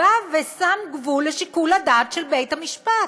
שם גבול לשיקול הדעת של בית-המשפט.